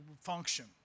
function